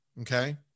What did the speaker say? okay